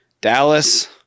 Dallas